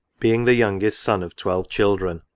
being the youngest son of twelve children,